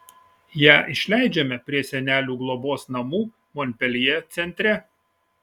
ją išleidžiame prie senelių globos namų monpeljė centre